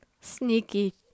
sneaky